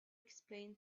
explain